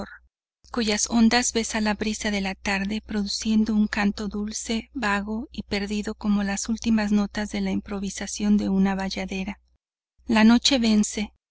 jawkior cuyas ondas besa la brisa de la tarde produciendo un canto dulce vago y perdido como las ultimas notas de la improvisación de una bayadera la noche vence